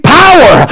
power